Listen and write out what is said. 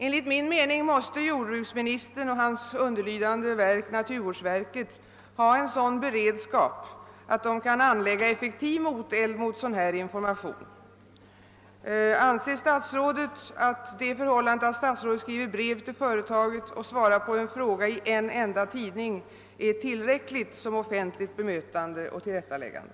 Enligt min mening måste jordbruksministern och hans underlydande verk naturvårdsverket ha en sådan beredskap att de kan anlägga effektiv moteld mot sådan här information. Anser statsrådet att det förhållandet att statsrådet skriver brev till företaget och svarar på en fråga i en enda tidning är tillräckligt som offentligt bemötande och tillrättaläggande?